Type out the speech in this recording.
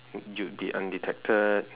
you'd be undetected